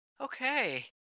Okay